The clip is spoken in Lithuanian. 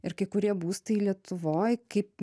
ir kai kurie būstai lietuvoj kaip